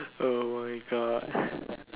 oh my god